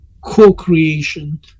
co-creation